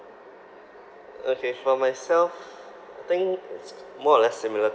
okay for myself I think it's more or less similar